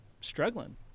struggling